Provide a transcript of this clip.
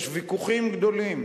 יש ויכוחים גדולים.